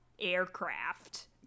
aircraft